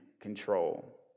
control